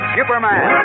Superman